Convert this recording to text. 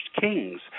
kings